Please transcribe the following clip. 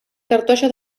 cartoixa